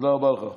תודה רבה לך.